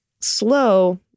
slow